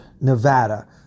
Nevada